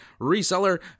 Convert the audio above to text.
reseller